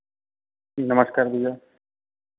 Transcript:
नमस्कार भैया